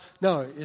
No